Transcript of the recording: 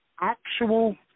actual